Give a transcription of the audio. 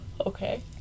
okay